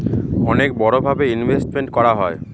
অনেক বড়ো ভাবে ইনভেস্টমেন্ট করা হয়